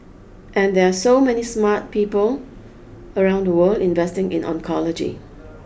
and there are so many smart people around the world investing in oncology